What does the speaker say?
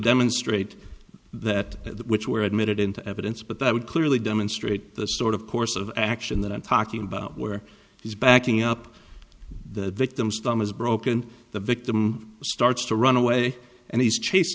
demonstrate that which were admitted into evidence but that would clearly demonstrate the sort of course of action that i'm talking about where he's backing up the victim's thumb is broken the victim starts to run away and he's chase